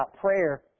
prayer